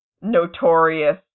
notorious